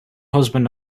husband